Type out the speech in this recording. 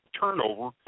turnover